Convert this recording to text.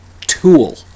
Tool